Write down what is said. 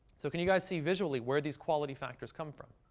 so can you guys see visually where these quality factors come from?